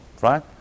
right